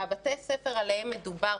בתי הספר עליהם מדובר,